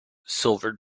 silver